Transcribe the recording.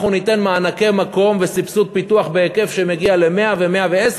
אנחנו ניתן מענקי מקום וסבסוד פיתוח בהיקף שמגיע ל-100 ו-110,